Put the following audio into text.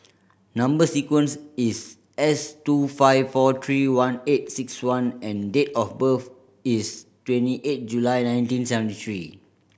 number sequence is S two five four three one eight six one and date of birth is twenty eight July nineteen seventy three